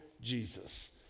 Jesus